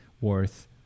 worth